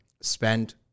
spent